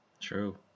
True